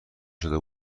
شده